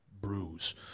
bruise